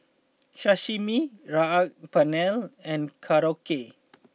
Sashimi Saag Paneer and Korokke